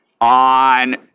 on